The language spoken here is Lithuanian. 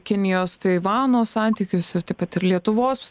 kinijos taivano santykius ir taip pat ir lietuvos